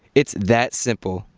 it's that simple.